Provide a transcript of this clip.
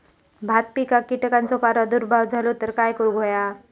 भात पिकांक कीटकांचो प्रादुर्भाव झालो तर काय करूक होया?